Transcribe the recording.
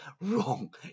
wrong